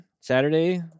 Saturday